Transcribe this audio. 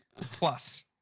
plus